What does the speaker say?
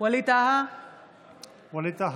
ווליד טאהא,